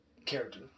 character